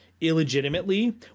illegitimately